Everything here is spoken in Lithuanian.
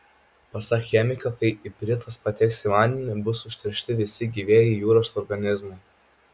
pasak chemiko kai ipritas pateks į vandenį bus užteršti visi gyvieji jūros organizmai